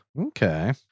Okay